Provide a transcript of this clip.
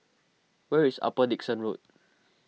where is Upper Dickson Road